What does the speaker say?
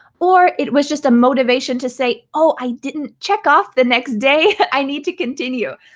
or it was just a motivation to say oh i didn't check off the next day, i need to continue.